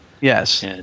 Yes